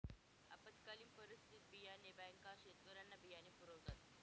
आपत्कालीन परिस्थितीत बियाणे बँका शेतकऱ्यांना बियाणे पुरवतात